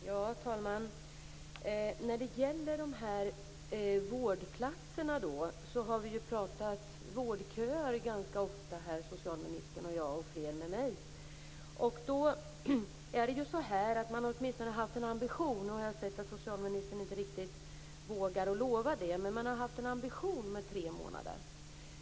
Herr talman! När det gäller vårdplatserna har ju socialministern och jag och fler med mig ganska ofta pratat om vårdköer. Här har det åtminstone funnits en ambition - även om socialministern inte riktigt vågar lova det - om tre månader.